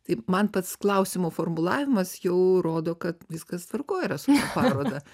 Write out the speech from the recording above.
tai man pats kalusimo formulavimas jau rodo kad viskas tvarkoj yra su ta paroda